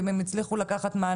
ואם הם הצליחו לקחת מענק,